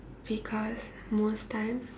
because most times